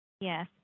Yes